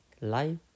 life